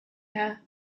air